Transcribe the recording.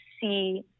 see